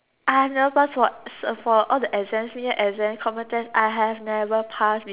I have never passed for for all the exams mid year exams common tests I have never passed before